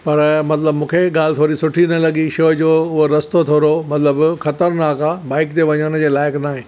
पर मतिलबु मूंखे ॻाल्हि थोरी सुठी न लॻी छो जो उहो रस्तो थोरो मतिलबु ख़तरनाक आहे बाइक ते वञण जे लाइक़ ना आहे